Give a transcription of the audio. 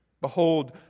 Behold